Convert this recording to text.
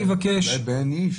אולי באין איש,